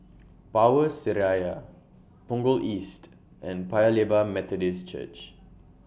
Power Seraya Punggol East and Paya Lebar Methodist Church